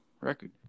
record